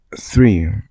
Three